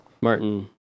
Martin